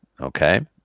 Okay